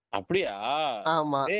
Apriya